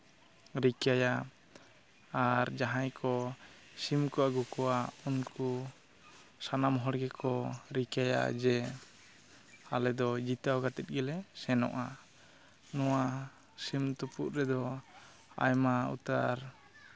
ᱨᱤᱠᱟᱹᱭᱟ ᱟᱨ ᱡᱟᱦᱟᱸᱭ ᱠᱚ ᱥᱤᱢ ᱠᱚ ᱟᱹᱜᱩ ᱠᱚᱣᱟ ᱩᱱᱠᱩ ᱥᱟᱱᱟᱢ ᱦᱚᱲ ᱜᱮᱠᱚ ᱨᱤᱠᱟᱹᱭᱟ ᱡᱮ ᱟᱞᱮᱫᱚ ᱡᱤᱛᱟᱹᱣ ᱠᱟᱛᱮ ᱜᱮᱞᱮ ᱥᱮᱱᱚᱜᱼᱟ ᱱᱚᱣᱟ ᱥᱤᱢ ᱛᱩᱯᱩᱜ ᱨᱮᱫᱚ ᱟᱭᱢᱟ ᱩᱛᱟᱹᱨ